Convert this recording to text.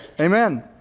Amen